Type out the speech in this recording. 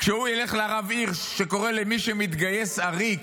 כשהוא ילך לרב הירש שקורא למי שמתגייס "עריק"